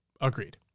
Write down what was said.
Agreed